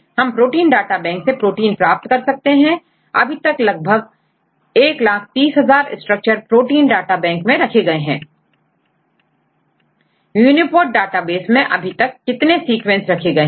हम protein data bank से protein प्राप्त कर सकते हैंअभी तक लगभग130000 स्ट्रक्चर प्रोटीन डाटा बैंक में रखे गए हैं यूनीपोर्ट डाटाबेस में अभी तक कितने सीक्वेंस रखे गए हैं